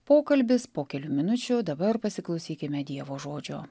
pokalbis po kelių minučių o dabar pasiklausykime dievo žodžio